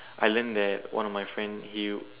I learn that one of my friend he